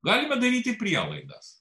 galime daryti prielaidas